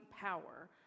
power